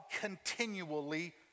continually